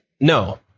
No